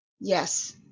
Yes